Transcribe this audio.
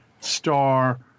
star